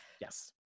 Yes